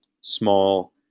small